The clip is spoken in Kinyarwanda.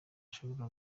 ashobora